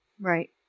Right